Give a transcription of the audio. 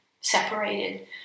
separated